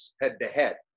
head-to-head